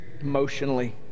emotionally